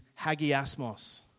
hagiasmos